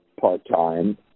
part-time